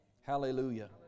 hallelujah